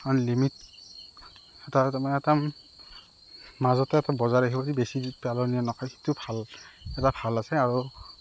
limit এটা মানে এটা মাজতে বজাই ৰাখিবলৈ বেছি পেলনীয়া নহয় সেইটো ভাল এটা ভাল আছে আৰু